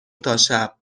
تاشب